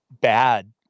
bad